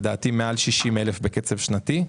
מעל 60,000 בקצב שנתי.